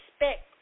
respect